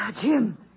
Jim